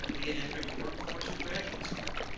be it entering the work force or graduate school.